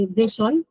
vision